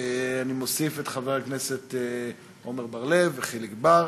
אני מוסיף את חברי הכנסת עמר בר-לב וחיליק בר.